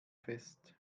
fest